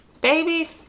Baby